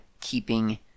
keeping